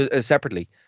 separately